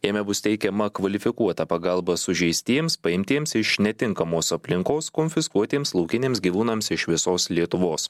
jame bus teikiama kvalifikuota pagalba sužeistiems paimtiems iš netinkamos aplinkos konfiskuotiems laukiniams gyvūnams iš visos lietuvos